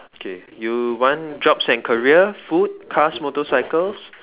okay you want jobs and careers food cars motorcycles